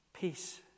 Peace